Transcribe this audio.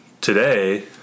today